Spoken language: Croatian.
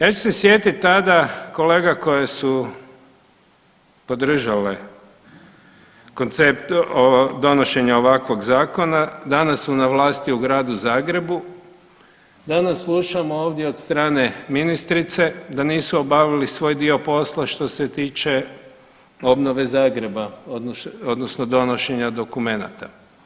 Ja ću se sjetit tada kolega koje su podržale koncept donošenja ovakvog zakona, danas su na vlasti u Gradu Zagrebu, danas slušamo ovdje od strane ministrice da nisu obavili svoj dio posla što se tiče obnove Zagreba odnosno donošenja dokumenata.